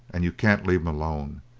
and you can't leave em alone.